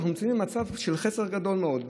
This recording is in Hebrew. אנחנו נמצאים במצב של חסר גדול מאוד.